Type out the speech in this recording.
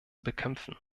bekämpfen